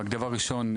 דבר ראשון,